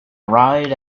ride